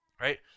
right